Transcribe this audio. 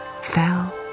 fell